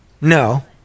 No